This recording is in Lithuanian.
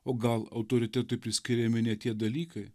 o gal autoritetui priskiriami ne tie dalykai